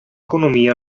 economía